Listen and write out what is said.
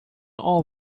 all